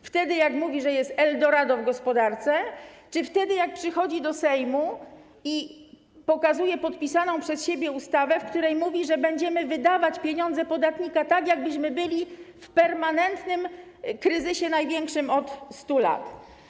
Wtedy, kiedy mówi, że jest eldorado w gospodarce, czy wtedy, kiedy przychodzi do Sejmu i pokazuje podpisaną przez siebie ustawę, w której mówi, że będziemy wydawać pieniądze podatnika tak, jakbyśmy byli w permanentnym kryzysie największym od 100 lat?